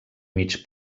mig